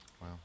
Wow